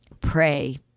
Pray